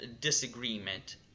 disagreement